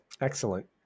excellent